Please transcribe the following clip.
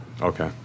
Okay